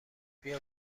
بیا